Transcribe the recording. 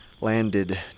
landed